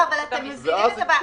אבל אתם מבינים את הבעיה?